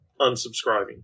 unsubscribing